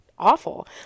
awful